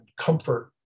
comfort